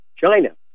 China